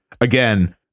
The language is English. again